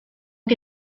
que